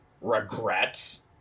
regrets